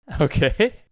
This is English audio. Okay